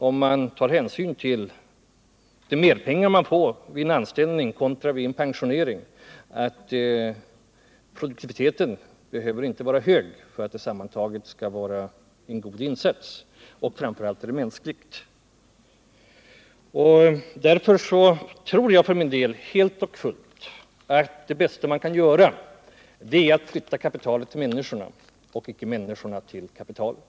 Om man tar hänsyn till merbetalningen vid en anställning kontra de pengar en pensionering kostar visar det sig att produktiviteten inte behöver vara särskilt hög för att det sammantaget skall vara en god insats att sysselsätta människor, och framför allt är det mänskligt. Avslutningsvis tror jag för min del helt och fullt att det bästa man kan göra är att flytta kapitalet till människorna och icke människorna till kapitalet.